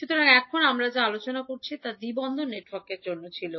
সুতরাং এখন আমরা যা আলোচনা করেছি তা দ্বি বন্দর নেটওয়ার্কের জন্য ছিল